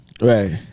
right